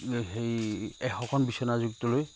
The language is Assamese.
সেই এশখন বিচনাযুক্ত লৈ